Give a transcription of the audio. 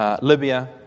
Libya